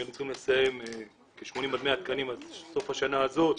שהיינו צריכים לסיים 80 100 תקנים עד סוף השנה הזאת,